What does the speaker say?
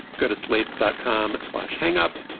go to sleep dot com and slash hang up.